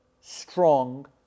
strong